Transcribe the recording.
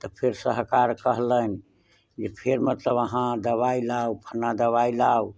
तऽ फेर सहकार कहलनि जे फेर मतलब अहाँ दबाइ लाउ फन्ना दबाइ लाउ